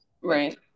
right